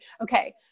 okay